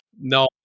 No